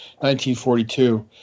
1942